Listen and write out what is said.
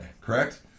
Correct